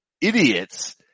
idiots